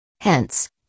Hence